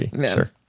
sure